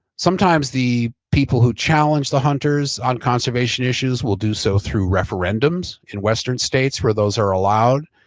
sometimes the people who challenge the hunters on conservation issues will do so through referendums in western states, where those are allowed.